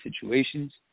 situations